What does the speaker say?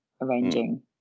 arranging